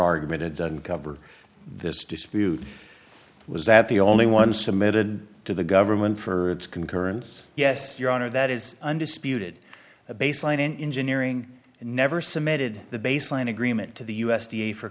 argument it doesn't cover this dispute was that the only one submitted to the government for its concurrence yes your honor that is undisputed a baseline engineering and never submitted the baseline agreement to the u s d a for